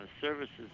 services